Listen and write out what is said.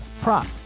prop